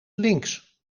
links